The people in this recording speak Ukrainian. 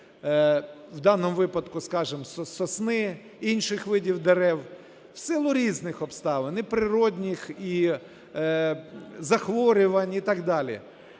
в даному випадку, скажемо, сосни, інших видів дерев в силу різних обставин і природних, і захворювань, і так далі.